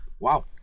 wow